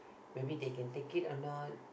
maybe they can take it or not